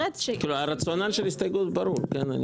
הרציונל של ההסתייגות ברור, כן?